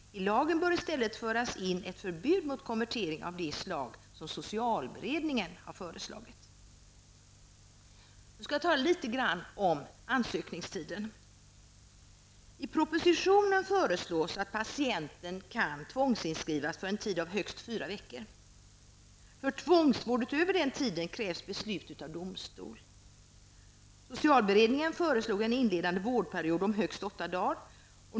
I lagen bör i stället föras in ett förbud mot konvertering av det slag som socialberedningen föreslagit. Jag vill tala litet om ansökningstiden. I propositionen föreslås att patienten kan tvångsinskrivas för en tid av högst fyra veckor. För tvångsvård utöver den tiden krävs beslut av domstol. Socialberedningen föreslog en inledande vårdperiod om högst åtta dagar.